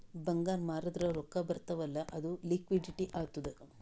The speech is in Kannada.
ಬಂಗಾರ್ ಮಾರ್ದುರ್ ರೊಕ್ಕಾ ಬರ್ತಾವ್ ಅಲ್ಲ ಅದು ಲಿಕ್ವಿಡಿಟಿ ಆತ್ತುದ್